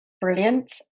brilliant